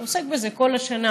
אתה עוסק בזה כל השנה: